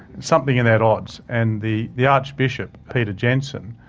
something in that odds, and the the archbishop peter jensen,